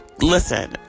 Listen